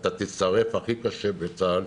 אתה תישרף הכי קשה בצה"ל,